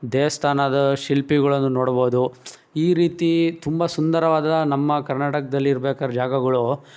ದೇವಸ್ಥಾನದ ಶಿಲ್ಪಿಗಳನ್ನು ನೋಡ್ಬೋದು ಈ ರೀತಿ ತುಂಬ ಸುಂದರವಾದ ನಮ್ಮ ಕರ್ನಾಟಕದಲ್ಲಿ ಇರ್ಬೇಕಾರೆ ಜಾಗಗಳು